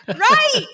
Right